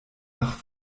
nach